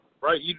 right